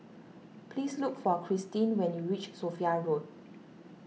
please look for Christeen when you reach Sophia Road